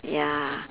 ya